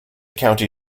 county